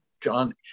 John